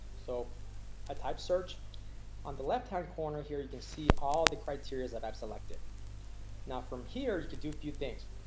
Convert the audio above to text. so i type search on the left-hand corner here. you can see all the criteria that i've selected now from here. you could do few things.